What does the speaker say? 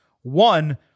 One